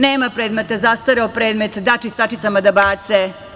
Nema predmeta, zastareo predmet, da čistačicama da bace.